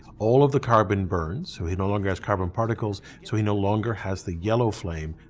all of the carbon burns so he no longer has carbon particles, so he no longer has the yellow flame,